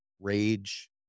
rage